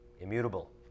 immutable